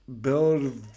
build